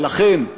ולכן,